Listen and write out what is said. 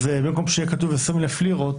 במקום שיהיה כתוב 20 אלף לירות,